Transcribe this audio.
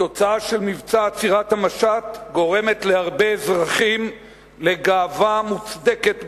התוצאה של מבצע עצירת המשט גורמת להרבה אזרחים גאווה מוצדקת בלוחמינו,